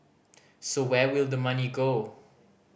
so where will the money go